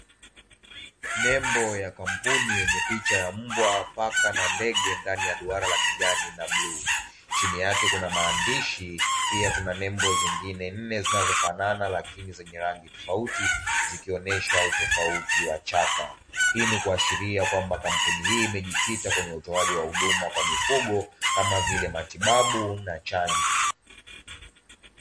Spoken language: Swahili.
Nembo ya kampuni yenye picha ya mbwa, paka na ndege ndani ya duara la kijani na bluu. Chini yake kuna maandishi, pia kuna nembo zingine nne zinazofanana lakini zenye rangi tofauti, zikionesha utofauti wa chapa. Hii ni kuashiria kwamba kampuni hii imejikita kwenye utoaji wa huduma kwa mifugo kama vile matibabu na chanjo.